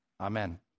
Amen